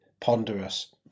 ponderous